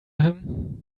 him